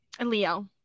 Leo